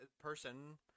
person